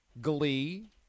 glee